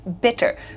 bitter